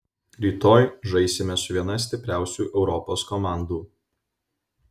rytoj žaisime su viena stipriausių europos komandų